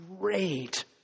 great